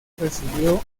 recibió